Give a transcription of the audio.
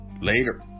Later